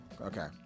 Okay